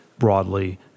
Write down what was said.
Broadly